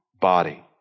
body